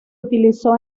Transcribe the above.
utilizó